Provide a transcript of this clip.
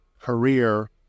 career